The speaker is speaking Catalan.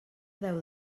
deu